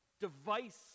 device